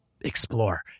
explore